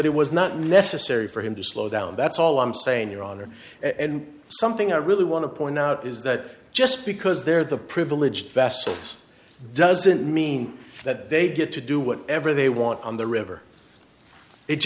that it was not necessary for him to slow down that's all i'm saying your honor and something i really want to point out is that just because they're the privileged vessels doesn't mean that they get to do whatever they want on the river it